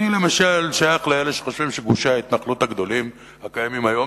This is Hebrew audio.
אני למשל שייך לאלה שחושבים שגושי ההתנחלות הגדולים הקיימים היום,